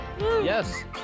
Yes